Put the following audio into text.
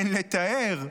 אין לתאר.